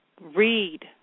read